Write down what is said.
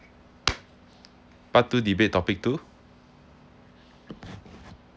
part two debate topic two